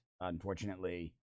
Unfortunately